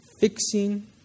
fixing